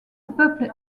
peuple